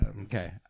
okay